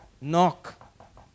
knock